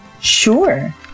Sure